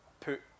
put